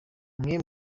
mwe